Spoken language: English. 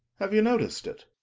have you noticed it?